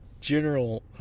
general